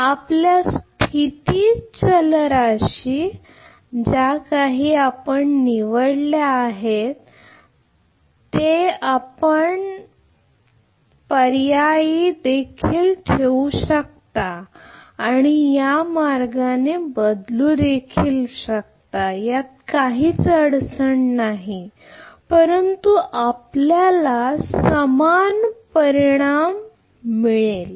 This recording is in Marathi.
आपल्या स्थिती चलराशी जा काही आपण निवडल्या आहेत ते आपण पर्याय देखील करू शकता किंवा या मार्गाने देखील बदलू शकता यात काहीच अडचण नाही परंतु आपल्याला समान परिणाम मिळेल